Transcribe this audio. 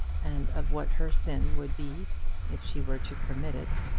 and of what her sin would be if she were to permit it,